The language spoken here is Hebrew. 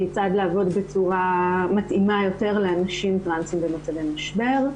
כיצד לעבוד בצורה מתאימה יותר לאנשים טרנסיים במצבי משבר.